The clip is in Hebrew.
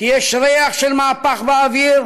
כי יש ריח של מהפך באוויר,